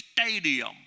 stadium